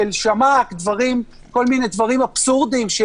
כל מיני דברים אבסורדים,